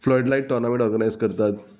flood light tournament organise करतात